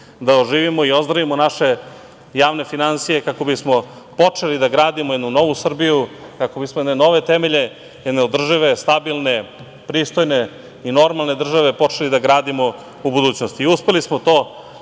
da oživimo i ozdravimo naše javne finansije kako bismo počeli da gradimo jednu novu Srbiju, kako bi smo na nove temelje, jedne održive i stabilne pristojne i normalne države počeli da gradimo u budućnosti. Uspeli smo to, na